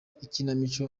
ikinamico